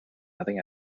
nothing